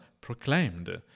proclaimed